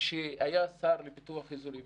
כשהיה שר לפיתוח אזורי.